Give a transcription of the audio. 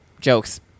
jokes